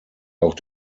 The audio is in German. auch